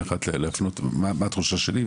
להפנות אל מה התחושה שלי,